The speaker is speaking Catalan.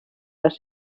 les